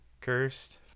cursed